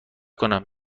کنم